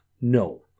No